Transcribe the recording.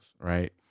right